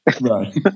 Right